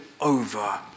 over